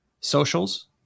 socials